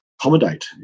accommodate